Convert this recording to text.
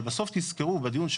אבל בסוף תזכרו בדיון,